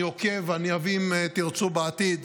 אני עוקב, ואם תרצו בעתיד